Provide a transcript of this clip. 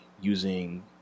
using